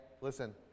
Listen